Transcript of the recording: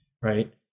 Right